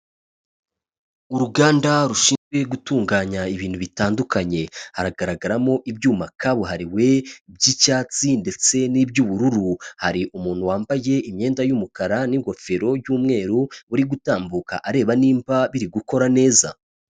Uruganda rushinzwe gutunganya ibintu bitandukanye, haragaragaramo ibyuma kabuhariwe by'icyatsi ndetse n'iby'ubururu, hari umuntu wambaye imyenda y'umukara n'ingofero y'umweru, uri gutambuka areba nimba biri gukora neza.